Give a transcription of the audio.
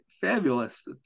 Fabulous